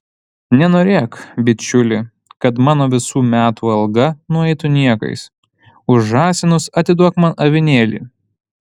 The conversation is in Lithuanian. nenorėk bičiuli kad mano visų metų alga nueitų niekais už žąsinus atiduok man avinėlį